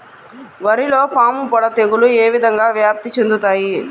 వరిలో పాముపొడ తెగులు ఏ విధంగా వ్యాప్తి చెందుతాయి?